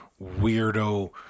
weirdo